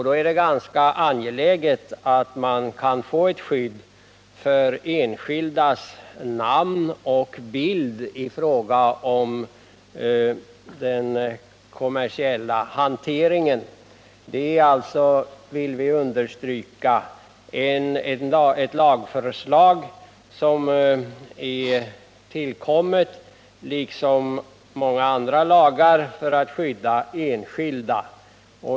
Det är då angeläget att få ett skydd för enskildas namn och bild i den kommersiella hanteringen. Det är alltså — det vill vi understryka — ett lagförslag som, liksom många andra lagar, är tillkommet för att skydda enskilda.